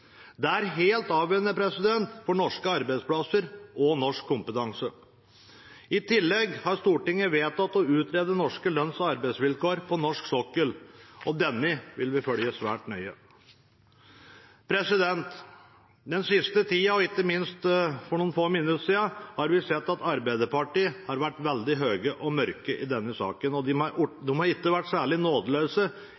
Det er helt avgjørende for norske arbeidsplasser og norsk kompetanse. I tillegg har Stortinget vedtatt å utrede norske lønns- og arbeidsvilkår på norsk sokkel, og dette vil vi følge svært nøye. Den siste tida, og ikke minst for noen få minutter siden, har vi sett at Arbeiderpartiet har vært veldig høye og mørke i denne saken. De har